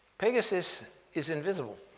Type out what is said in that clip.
pegasus is invisible.